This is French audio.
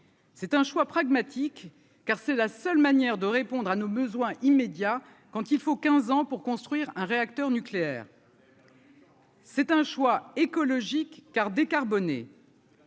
C'est un choix pragmatique car c'est la seule manière de répondre à nos besoins immédiats quand il faut 15 ans pour construire un réacteur nucléaire. Vous avez parlé. C'est un choix écologique car décarbonnées.